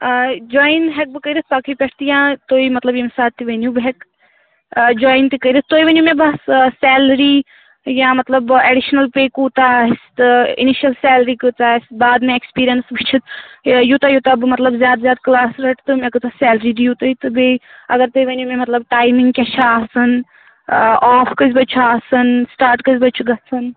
آ جایِن ہٮ۪کہٕ بہٕ کٔرِتھ پَگہٕے پٮ۪ٹھ تہِ یا تُہۍ مطلب ییٚمہِ ساتہٕ تہِ ؤنِو بہٕ ہیٚکہٕ جویِن تہِ کٔرِتھ تُہۍ ؤنِو مےٚ بَس سَیلری یا مطلب ایڈِشنَل پیٚے کوٗتاہ آسہِ تہٕ اِنِشَل سَیلری کۭژاہ آسہِ باد مےٚ اٮ۪کٕسپیٖریَنس وُچھِتھ یوٗتاہ یوٗتاہ بہٕ مطلب زیادٕ زیادٕ کٕلاس رٔٹہٕ تہٕ مےٚ کۭژاہ سَیلری دِیِو تُہۍ تہٕ بیٚیہِ اگر تُہۍ ؤنِو مےٚ مطلب ٹایمِنٛگ کیٛاہ چھِ آسان آف کٔژِ بَجہِ چھُ آسان سِٹاٹ کٔژِ بَجہِ چھُ گژھان